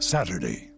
Saturday